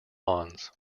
hans